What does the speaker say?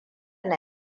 na